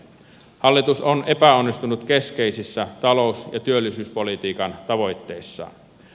hallitus on epäonnistunut keskeisissä talous ja työllisyyspolitiikan tavoitteissaan